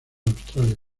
australia